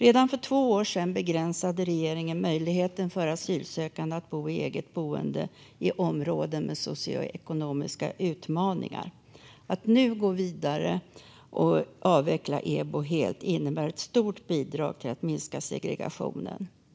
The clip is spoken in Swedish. Redan för två år sedan begränsade regeringen möjligheten för asylsökande att bo i eget boende i områden med socioekonomiska utmaningar. Att nu gå vidare och avveckla EBO helt innebär ett stort bidrag till att minska segregationen.